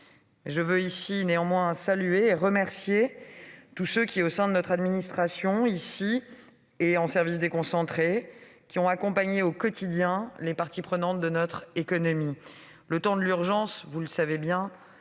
Je veux néanmoins saluer et remercier tous ceux qui, au sein de notre administration, ici et en services déconcentrés, ont accompagné au quotidien les parties prenantes de notre économie. Vous le savez,